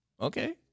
Okay